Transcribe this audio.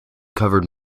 covered